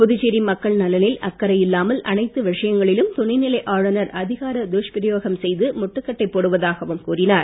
புதுச்சேரி மக்கள் நலனில் அக்கறை இல்லாமல் அனைத்து விஷயங்களிலும் துணை நிலை ஆளுநர் அதிகார துஷ்பிரயோகம் செய்து முட்டுக்கட்டை போடுவதாகவும் கூறினார்